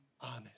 honest